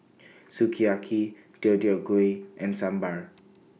Sukiyaki Deodeok Gui and Sambar